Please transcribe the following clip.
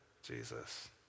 Jesus